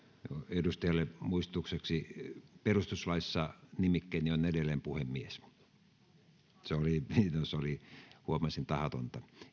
edustajalle muistutukseksi perustuslaissa nimikkeeni on edelleen puhemies se oli huomasin tahatonta